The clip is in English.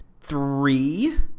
Three